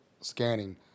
scanning